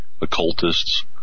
occultists